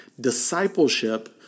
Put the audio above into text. Discipleship